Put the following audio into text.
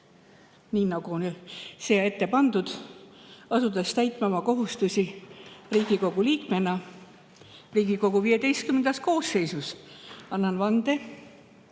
nii nagu on siia ette pandud: asudes täitma oma kohustusi Riigikogu liikmena Riigikogu XV koosseisus, annan vande